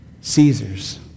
Caesar's